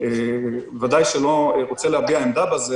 אני בוודאי לא רוצה להביע עמדה בזה